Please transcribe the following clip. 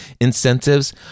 incentives